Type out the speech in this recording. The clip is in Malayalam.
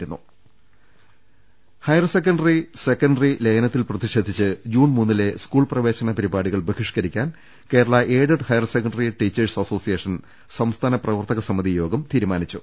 രുട്ട്ട്ട്ട്ട്ട്ട്ട്ട ഹയർ സെക്കൻഡറി സെക്കൻഡറി ലയനത്തിൽ പ്രതിഷേധിച്ച് ജൂൺ മൂന്നിലെ സ്കൂൾ പ്രവേശന പരിപാടികൾ ബഹിഷ്കരിക്കാൻ Kerala aided higher secondary teachers association സംസ്ഥാന പ്രവർത്തക സമിതി യോഗം തീരുമാനിച്ചു